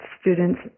students